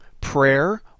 prayer